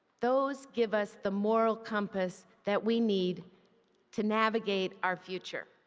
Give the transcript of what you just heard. those give us the moral compass that we need to navigate our future.